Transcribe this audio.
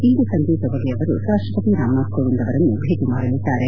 ಇಂದು ಸಂಜೆ ತೊಬಗೆ ಅವರು ರಾಷ್ಟಪತಿ ರಾಮ್ ನಾಥ್ ಕೋಎಂದ್ ಅವರನ್ನು ಭೇಟಿ ಮಾಡಲಿದ್ದಾರೆ